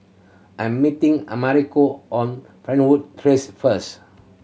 I am meeting Americo on Fernwood Terrace first